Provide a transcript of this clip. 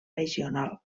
regional